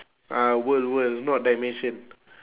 ah world world not dimension